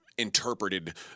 interpreted